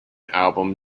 album